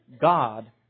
God